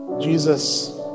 Jesus